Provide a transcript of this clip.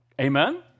Amen